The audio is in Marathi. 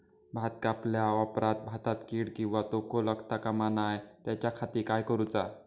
भात कापल्या ऑप्रात भाताक कीड किंवा तोको लगता काम नाय त्याच्या खाती काय करुचा?